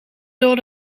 door